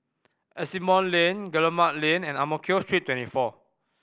Asimont Lane Guillemard Lane and Ang Mo Kio Street Twenty four